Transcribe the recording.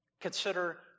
consider